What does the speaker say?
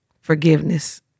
forgiveness